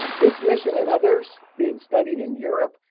this mission and others being studied in europe,